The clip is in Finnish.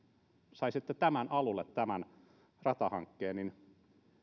saisitte nopeasti alulle tämän ratahankkeen niin